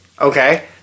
Okay